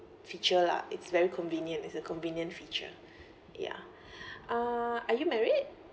feature lah it's very convenient it's a convenient feature yeah uh are you married